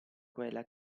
quella